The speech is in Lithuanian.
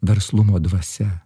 verslumo dvasia